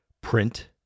print